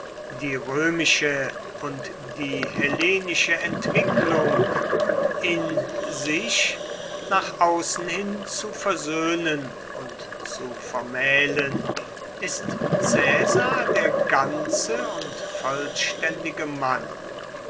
die römische und die hellenische entwicklung in sich wie nach außen hin zu versöhnen und zu vermählen ist caesar der ganze und vollständige mann